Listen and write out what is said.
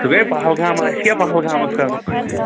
سُہ گٔیے پہلگام اَسہِ کیٛاہ پہلگامس کرُن